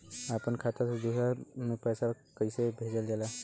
अपना खाता से दूसरा में पैसा कईसे भेजल जाला?